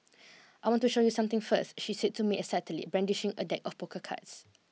I want to show you something first she said to me excitedly brandishing a deck of poker cards